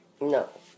No